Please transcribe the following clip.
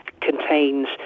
contains